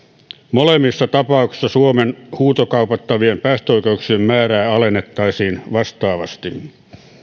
molemmissa tapauksissa suomen huutokaupattavien päästöoikeuksien määrää alennettaisiin vastaavasti